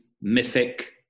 mythic